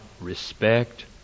respect